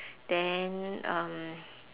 then um